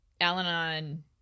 Al-Anon